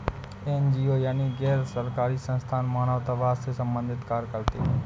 NGO यानी गैर सरकारी संस्थान मानवतावाद से संबंधित कार्य करते हैं